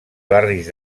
barris